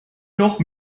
noch